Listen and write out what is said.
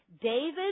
David